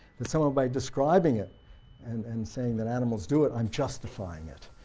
that some of my describing it and and saying that animals do it i'm justifying it.